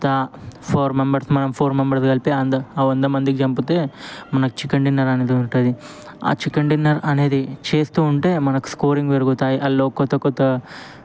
దా four members మనం four member కలిసి అందు వంద మంది చంపితే మనకి చికెన్ డిన్నర్ అనేది ఉంటుంది చికెన్ డిన్నర్ అనేది చేస్తూ ఉంటే మనకు స్కోరింగ్ పెరుగుతాయి అందులో కొత్త కొత్త